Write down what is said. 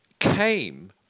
came